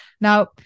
now